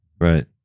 right